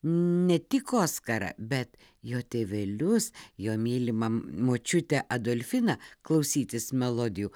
ne tik oskarą bet jo tėvelius jo mylimą močiutę adolfiną klausytis melodijų